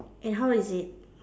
and how is it